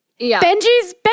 Benji's